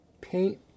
paint